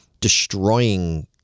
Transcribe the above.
destroying